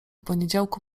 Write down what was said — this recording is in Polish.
poniedziałku